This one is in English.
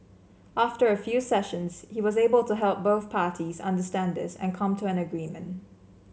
after a few sessions he was able to help both parties understand this and come to an agreement